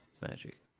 Magic